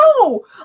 No